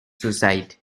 suicide